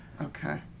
Okay